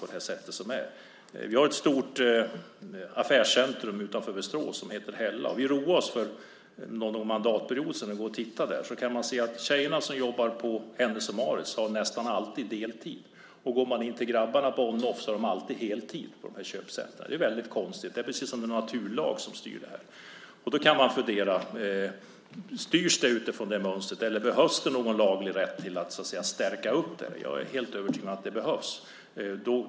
Vi har ett stort affärscentrum utanför Västerås som heter Hälla. Vi roade oss för någon mandatperiod sedan med att gå och titta där. Då kunde man notera att tjejerna som jobbade på Hennes & Mauritz nästan alltid hade deltid och gick man in till grabbarna på Onoff fick man veta att de alltid hade heltid. Det är väldigt konstigt. Det är precis som om det är en naturlag som styr det här. Då kan man fundera: Styrs det utifrån det mönstret eller behövs det någon laglig rätt för att stärka upp detta? Jag är helt övertygad om att det behövs.